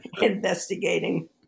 investigating